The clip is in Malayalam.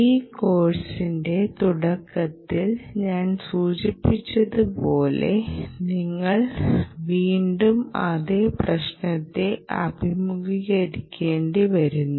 ഈ കോഴ്സിന്റെ തുടക്കത്തിൽ ഞാൻ സൂചിപ്പിച്ചതുപോലെ നിങ്ങൾ വീണ്ടും അതേ പ്രശ്നത്തെ അഭിമുഖീകരിക്കേണ്ടി വരുന്നു